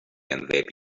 invade